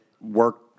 work